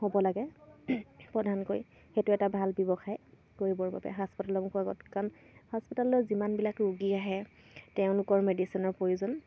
হ'ব লাগে প্ৰধানকৈ সেইটো এটা ভাল ব্যৱসায় কৰিবৰ বাবে হাস্পাতালৰ মুখৰ আগত কাৰণ হাস্পাতালৰ যিমানবিলাক ৰোগী আহে তেওঁলোকৰ মেডিচিনৰ প্ৰয়োজন